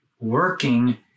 working